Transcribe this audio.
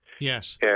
Yes